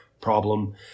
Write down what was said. problem